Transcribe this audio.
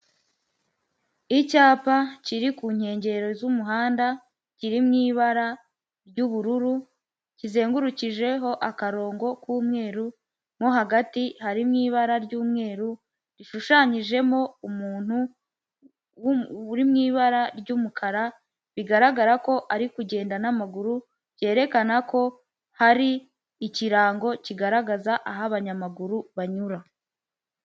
Icyapa kiri ku nkengero z'umuhanda kiri mu ibara ry'ubururu kizengurukijeho akarongo k'umweru mo hagati harimo ibara ry'umweru rishushanyijemo umuntu uri mu ibara ry'umukara bigaragara ko ari kugenda n'amaguru, byerekana ko hari ikirango kigaragaza aho abanyamaguru banyura.